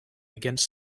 against